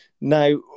now